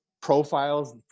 profiles